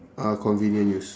ah convenient use